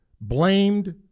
blamed